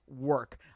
work